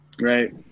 right